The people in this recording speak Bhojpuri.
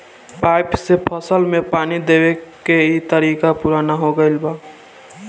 पाइप से फसल में पानी देवे के इ तरीका पुरान हो गईल बा